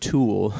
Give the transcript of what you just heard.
Tool